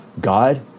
God